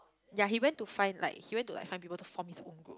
ya he went to find like he went to like find people to form his own group